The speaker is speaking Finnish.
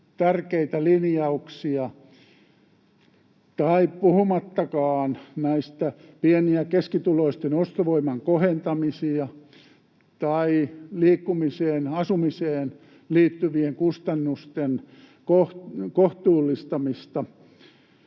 tärkeitä linjauksia, puhumattakaan pieni- ja keskituloisten ostovoiman kohentamisesta tai liikkumiseen ja asumiseen liittyvien kustannusten kohtuullistamisesta.